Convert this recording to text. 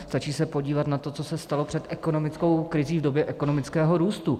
Stačí se podívat na to, co se stalo před ekonomickou krizí v době ekonomického růstu.